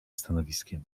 stanowiskiem